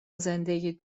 زندگیت